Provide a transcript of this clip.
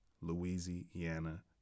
Louisiana